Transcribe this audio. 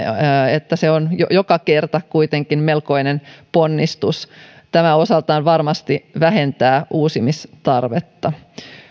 että se on joka kerta kuitenkin melkoinen ponnistus osaltaan varmasti vähentää uusimistarvetta